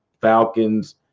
Falcons